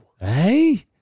Hey